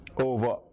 over